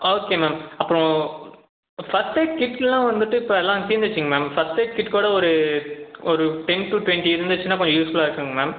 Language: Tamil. ஓகே மேம் அப்புறம் ஃபஸ்ட் எய்ட் கிட்யெல்லாம் வந்துட்டு இப்போ எல்லாம் தீர்ந்துடுச்சிங்க மேம் ஃபஸ்ட் எய்ட் கிட் கூட ஒரு ஒரு டென் டு ட்வெண்ட்டி இருந்துச்சுன்னா கொஞ்சம் யூஸ்ஃபுல்லாக இருக்குதுங்க மேம்